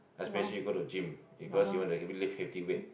especially you go to gym because you want to lift heavy weight